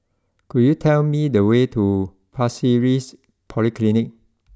could you tell me the way to Pasir Ris Polyclinic